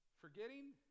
Forgetting